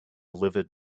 livid